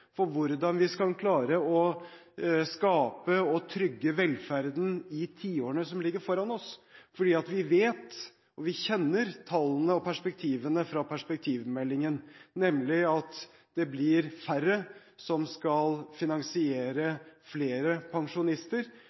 hvordan vi skal klare å skape og trygge velferden i tiårene som ligger foran oss fordi vi kjenner tallene og perspektivene fra perspektivmeldingen, nemlig at det blir færre som skal finansiere flere pensjonister,